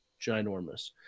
Ginormous